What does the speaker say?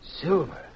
Silver